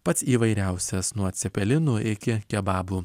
pats įvairiausias nuo cepelinų iki kebabų